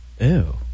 Ew